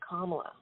Kamala